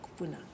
kupuna